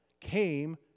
came